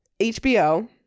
hbo